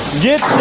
did